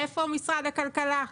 איפה משרד הכלכלה,